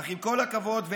אך עם כל הכבוד לכי"ל,